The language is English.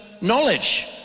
knowledge